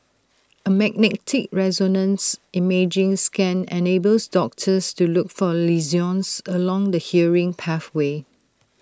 A magnetic resonance imaging scan enables doctors to look for lesions along the hearing pathway